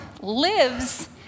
lives